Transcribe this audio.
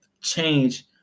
change